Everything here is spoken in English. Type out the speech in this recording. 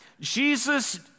Jesus